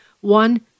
one